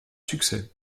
succès